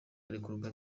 barekurwa